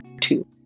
two